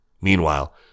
Meanwhile